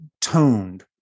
toned